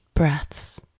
Breaths